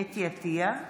אתי עטייה,